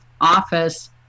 office